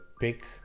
pick